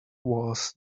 was